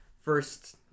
first